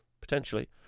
potentially